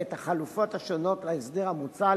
ואת החלופות השונות להסדר המוצע,